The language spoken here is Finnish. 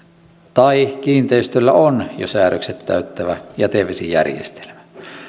tai kiinteistöllä on jo säädökset täyttävä jätevesijärjestelmä